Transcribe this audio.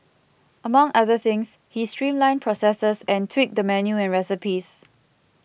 among other things he streamlined processes and tweaked the menu and recipes